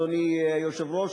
אדוני היושב-ראש,